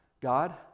God